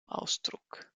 ausdruck